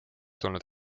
tulnud